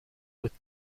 with